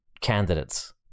candidates